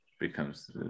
becomes